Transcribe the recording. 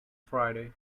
friday